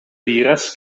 diras